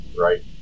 right